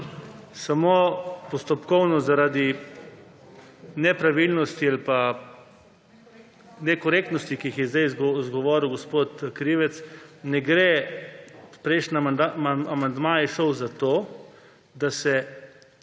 Samo postopkovno zaradi nepravilnosti ali pa nekorektnosti, ki jih je zdaj izgovoril gospod Krivec. Pri prejšnjem amandmaju je šlo za to, da se uredi